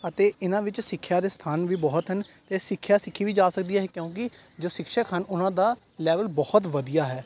ਅਤੇ ਇਹਨਾਂ ਵਿੱਚ ਸਿੱਖਿਆ ਦੇ ਸਥਾਨ ਵੀ ਬਹੁਤ ਹਨ ਅਤੇ ਸਿੱਖਿਆ ਸਿੱਖੀ ਵੀ ਜਾ ਸਕਦੀ ਹੈ ਕਿਉਂਕਿ ਜੋ ਸ਼ਿਖਸ਼ਕ ਹਨ ਉਹਨਾਂ ਦਾ ਲੈਵਲ ਬਹੁਤ ਵਧੀਆ ਹੈ